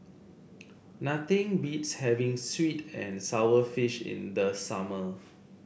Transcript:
nothing beats having sweet and sour fish in the summer